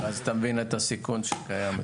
אתה מבין את הסיכון שקיים.